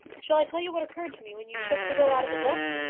shall i tell you what occurred to me when you shook the will out of the book?